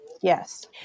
Yes